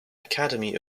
academy